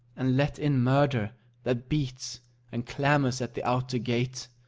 and let in murder that beats and clamours at the outer gate?